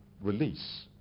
release